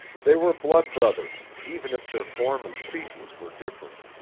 they were blood brothers even if their form and species were different.